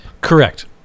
correct